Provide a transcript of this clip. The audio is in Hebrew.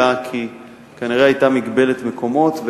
אלא כנראה כי היתה מגבלת מקומות,